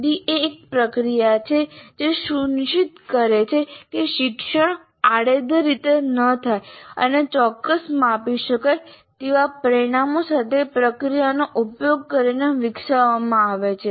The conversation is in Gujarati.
ISD એ એક પ્રક્રિયા છે કે જે સુનિશ્ચિત કરે છે કે શિક્ષણ આડેધડ રીતે ન થાય અને ચોક્કસ માપી શકાય તેવા પરિણામો સાથે પ્રક્રિયાનો ઉપયોગ કરીને વિકસાવવામાં આવે છે